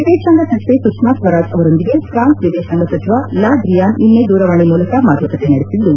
ವಿದೇಶಾಂಗ ಸಚಿವೆ ಸುಷ್ನಾ ಸ್ವರಾಜ್ ಅವರೊಂದಿಗೆ ಪ್ರಾನ್ಲ್ ವಿದೇಶಾಂಗ ಸಚಿವ ಲಾ ಡ್ರಿಯಾನ್ ನಿನ್ನೆ ದೂರವಾಣಿ ಮೂಲಕ ಮಾತುಕತೆ ನಡೆಸಿದ್ದು